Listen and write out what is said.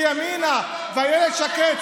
כי ימינה ואיילת שקד,